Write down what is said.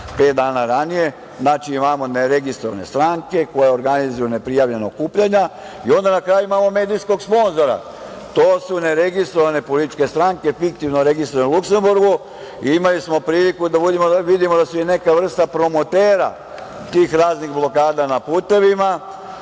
dana ranije. Znači, imamo neregistrovane stranke koje organizuju neprijavljena okupljanja i onda na kraju imamo medijskog sponzora. To su neregistrovane političke stranke, fiktivno registrovane u Luksemburgu. Imali smo priliku da vidimo da su i neka vrsta promotera tih raznih blokada na putevima.